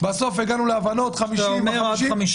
בסוף הגענו להבנות 50 איש.